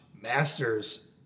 Masters